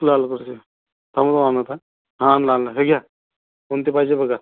लाल कलरची थांबा आणत आहे हा आणला आणला हे घ्या कोणती पाहिजे बघा